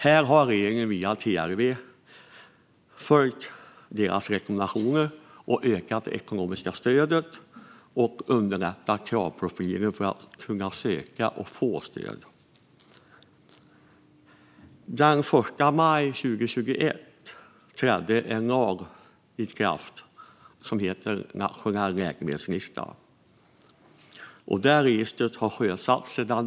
Här har regeringen följt TLV:s rekommendationer och ökat det ekonomiska stödet och underlättat när det gäller kraven för att kunna söka och få stöd. Den 1 maj 2021 trädde lagen om nationell läkemedelslista i kraft. Registret sjösattes då.